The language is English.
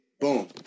Boom